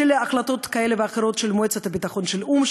של החלטות כאלה ואחרות של מועצת הביטחון של האו"ם,